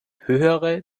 höhere